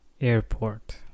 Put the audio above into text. airport